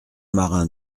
marins